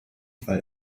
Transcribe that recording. fall